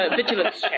vigilance